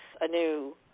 anew